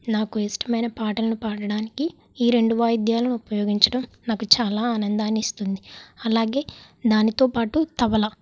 నాకు ఇష్టమైన పాటలను పాడడానికి ఈ రెండు వాయిద్యాలను ఉపయోగించడం నాకు చాలా ఆనందాన్ని ఇస్తుంది అలాగే దానితోపాటు తబల